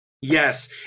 Yes